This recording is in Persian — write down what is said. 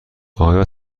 آیا